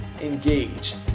engage